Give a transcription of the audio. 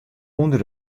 under